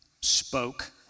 spoke